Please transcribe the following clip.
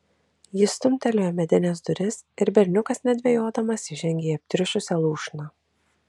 jis stumtelėjo medines duris ir berniukas nedvejodamas įžengė į aptriušusią lūšną